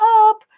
up